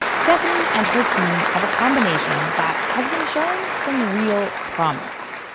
stephanie and her team have a combination that has been showing some real promise.